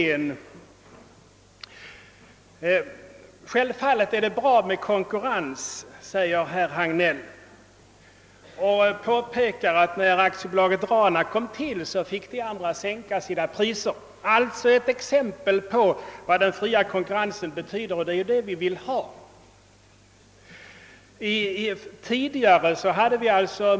Herr Hagnell sade att det självfallet är bra med konkurrens och påpekade att de andra företagen fick sänka sina priser när Industri AB Rana startades. Detfa är alltså ett exempel på den fria konkurrensens betydelse, och det är ju en sådan konkurrens vi vill ha.